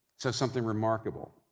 says something remarkable.